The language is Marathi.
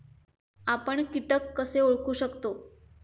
आपण कीटक कसे ओळखू शकतो?